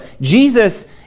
Jesus